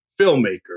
filmmaker